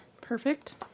Perfect